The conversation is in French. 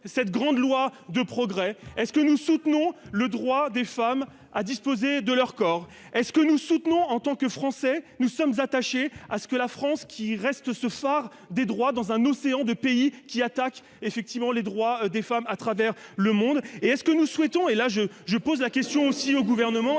cette grande loi de progrès, est ce que nous soutenons le droit des femmes à disposer de leur corps est ce que nous soutenons, en tant que Français, nous sommes attachés à ce que la France qui reste ce phare des droits dans un océan de pays qui attaquent effectivement les droits des femmes à travers le monde et est ce que nous souhaitons, et là je je pose la question aussi au gouvernement